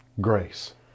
grace